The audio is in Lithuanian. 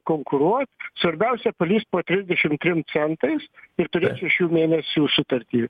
konkuruot svarbiausia palįst po trisdešim trim centais ir turėt šešių mėnesių sutartį